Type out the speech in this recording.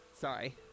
Sorry